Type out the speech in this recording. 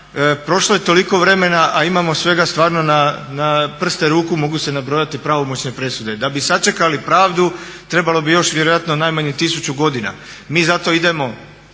prošlo je toliko vremena a imamo svega stvarno na prste ruku mogu se nabrojati pravomoćne presude. Da bi sačekali pravdu trebalo bi još vjerojatno najmanje 1000 godina. Mi zato idemo